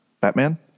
Batman